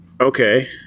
Okay